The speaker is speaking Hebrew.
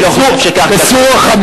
אני לא חושב שכך כתוב בקוראן.